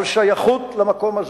על שייכות למקום הזה.